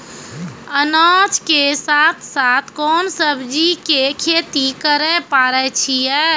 अनाज के साथ साथ कोंन सब्जी के खेती करे पारे छियै?